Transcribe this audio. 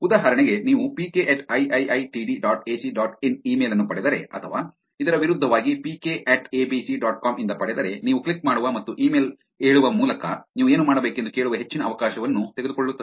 ಉದಾಹರಣೆಗೆ ನೀವು P K at I I I T D dot A C dot in email ಅನ್ನು ಪಡೆದರೆ ಅಥವಾ ಇದರ ವಿರುದ್ಧವಾಗಿ P K at A B C dot com ಇಂದ ಪಡೆದರೆ ನೀವು ಕ್ಲಿಕ್ ಮಾಡುವ ಮತ್ತು ಇಮೇಲ್ ಹೇಳುವ ಮೂಲಕ ನೀವು ಏನು ಮಾಡಬೇಕೆಂದು ಕೇಳುವ ಹೆಚ್ಚಿನ ಅವಕಾಶವನ್ನು ತೆಗೆದುಕೊಳ್ಳುತ್ತದೆ